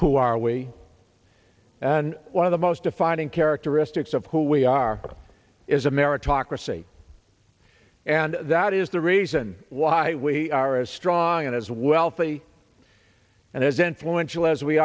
who our way and one of the most defining characteristics of who we are is a meritocracy and that is the reason why we are as strong and as wealthy and as influential as we